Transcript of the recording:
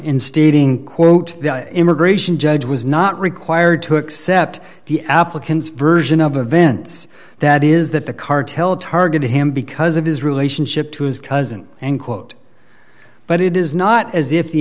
stating quote the immigration judge was not required to accept the applicant's version of events that is that the cartel targeted him because of his relationship to his cousin and quote but it is not as if the